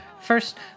first